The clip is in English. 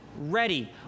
ready